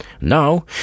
now